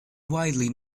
widely